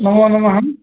मम नाम